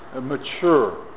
mature